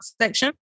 section